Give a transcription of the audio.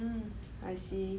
mm I see